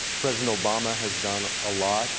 president obama has done a lot